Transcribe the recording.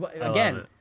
Again